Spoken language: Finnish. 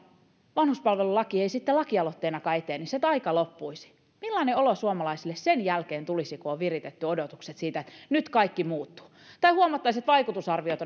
vanhuspalvelulaki ei sitten lakialoitteenakaan etenisi että aika loppuisi niin millainen olo suomalaisille sen jälkeen tulisi kun on viritetty odotukset siitä että nyt kaikki muuttuu tai kun huomattaisiin että vaikutusarviot